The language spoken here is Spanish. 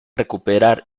recuperar